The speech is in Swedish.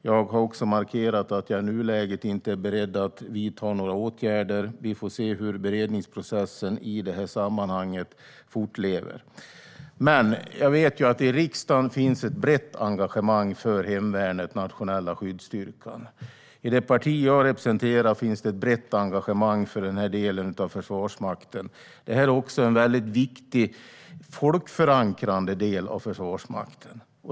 Jag har också markerat att jag i nuläget inte är beredd att vidta några åtgärder. Vi får se hur beredningsprocessen i sammanhanget fortlever. Jag vet att det i riksdagen finns ett brett engagemang för hemvärnets nationella skyddsstyrka. I det parti jag representerar finns ett brett engagemang för den delen av Försvarsmakten. Det är också en väldigt viktig folkförankrande del av Försvarsmakten.